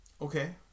Okay